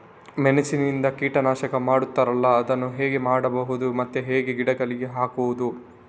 ಮೆಣಸಿನಿಂದ ಕೀಟನಾಶಕ ಮಾಡ್ತಾರಲ್ಲ, ಅದನ್ನು ಹೇಗೆ ಮಾಡಬಹುದು ಮತ್ತೆ ಹೇಗೆ ಗಿಡಗಳಿಗೆ ಹಾಕುವುದು?